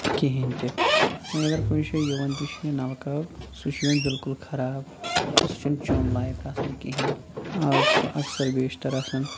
کِہیٖنۍ تہِ وۄنۍ اگر کُنہِ جایہِ یِوان تہِ چھُ یہِ نَلکہ آب سُہ چھُ یِوان بالکُل خراب سُہ چھُنہٕ چوٚن لایق آسان کِہیٖنۍ آز چھُ اکثر بیشتَر آسان